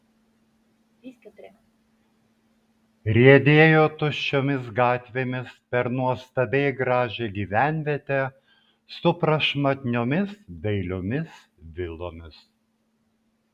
riedėjo tuščiomis gatvėmis per nuostabiai gražią gyvenvietę su prašmatniomis dailiomis vilomis